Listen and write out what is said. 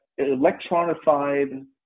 electronified